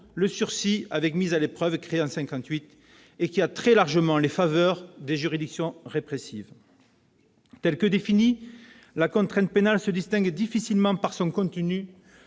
le sursis avec mise à l'épreuve, créé en 1958, qui a très largement les faveurs des juridictions répressives. Finalement, la contrainte pénale se distingue difficilement, par son contenu,